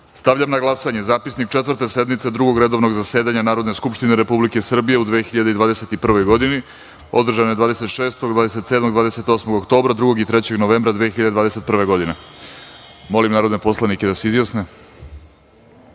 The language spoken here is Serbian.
na glasanje zapisnik Četvrte sednice Drugog redovnog zasedanja Narodne skupštine Republike Srbije u 2021. godini, održane 26, 27, 28. oktobra i 2. i 3. novembra 2021. godine. Molim narodne poslanike da se